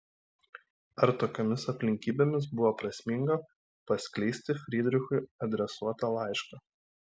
ar tokiomis aplinkybėmis buvo prasminga paskleisti frydrichui adresuotą laišką